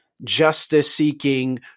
Justice-seeking